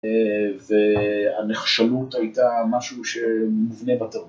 והנכשלות הייתה משהו שמובנה בתרבות.